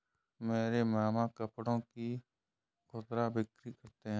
मेरे मामा कपड़ों की खुदरा बिक्री करते हैं